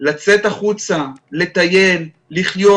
לצאת החוצה, לטייל, לחיות